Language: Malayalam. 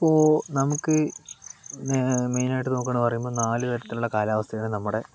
അപ്പോൾ നമുക്ക് മെയിനായിട്ട് നമുക്കെന്ന് പറയുമ്പോൾ നാല് തരത്തിലുള്ള കാലാവസ്ഥയാണ് നമ്മുടെ